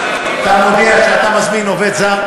אתה מודיע כשאתה מזמין עובד זר.